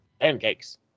Pancakes